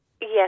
Yes